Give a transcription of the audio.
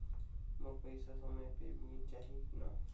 मोर पइसा समय पे मिल जाही न?